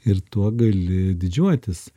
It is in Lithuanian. ir tuo gali didžiuotis